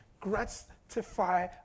gratify